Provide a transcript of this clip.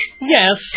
yes